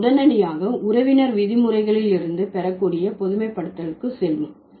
நாம் உடனடியாக உறவினர் விதிமுறைகளிலிருந்து பெறக்கூடிய பொதுமைப்படுத்தல்களுக்கு செல்வோம்